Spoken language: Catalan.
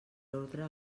ordre